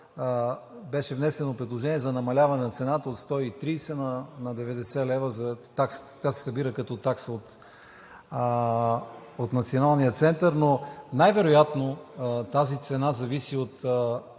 Беше внесено предложение за намаляване на цената от 130 на 90 лева за таксата, тя се събира като такса от Националния център. Но най-вероятно тази цена зависи от